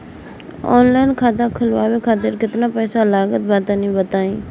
Online खाता खूलवावे खातिर केतना पईसा लागत बा तनि बताईं?